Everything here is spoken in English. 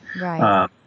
Right